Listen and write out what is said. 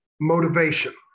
motivation